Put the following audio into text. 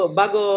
bago